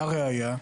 הראיה,